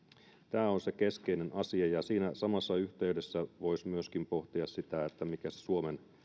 tämä on se keskeinen asia ja siinä samassa yhteydessä voisi myöskin pohtia sitä mikä se suomen